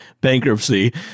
bankruptcy